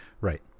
Right